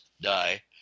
die